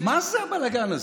מה זה הבלגן הזה?